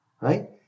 right